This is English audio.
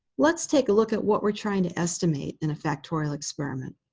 let's take a look at what we're trying to estimate in a factorial experiment.